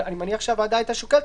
אני מניח שהוועדה הייתה שוקלת.